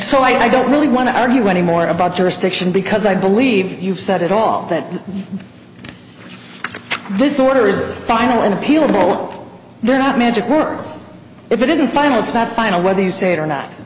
so i don't really want to argue anymore about jurisdiction because i believe you've said it all that this order is final and appeal of all they're not magic words if it isn't final it's not final whether you say it or not